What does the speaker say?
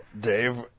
Dave